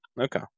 okay